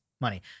money